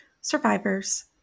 survivors